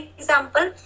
example